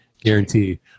Guarantee